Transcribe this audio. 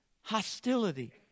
hostility